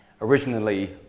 Originally